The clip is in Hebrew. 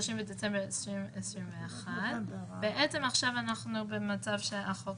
בדצמבר 2021)". בעצם עכשיו אנחנו במצב שהחוק